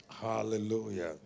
hallelujah